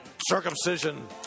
Circumcision